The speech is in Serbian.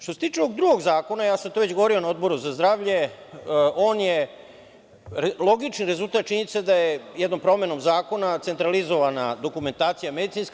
Što se tiče ovog drugog zakona, to sam već govorio na Odboru za zdravlje, on je logični rezultat činjenice da je jednom promenom zakona centralizovana dokumentacija medicinska.